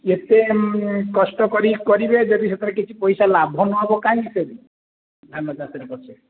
ଏତେ କଷ୍ଟ କରିକି କରିବେ ଯଦି ସେଥିରେ କିଛି ପଇସା ଲାଭ ନହେବ କାଇଁ ସେଥିରେ ଧାନ ଚାଷରେ